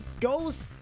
ghost